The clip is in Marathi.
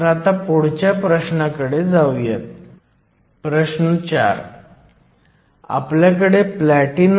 तर फॉरवर्ड बायस्ड मधील करंट 0